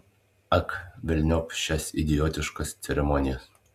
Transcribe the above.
ak velniop šias idiotiškas ceremonijas